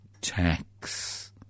tax